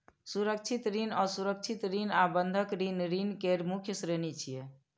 सुरक्षित ऋण, असुरक्षित ऋण आ बंधक ऋण ऋण केर मुख्य श्रेणी छियै